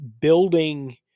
building